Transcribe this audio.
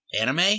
anime